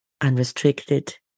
unrestricted